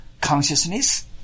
consciousness